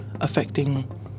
affecting